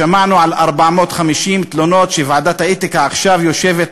שמענו על 450 תלונות שוועדת האתיקה עכשיו יושבת,